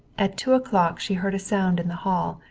at two o'clock she heard a sound in the hall,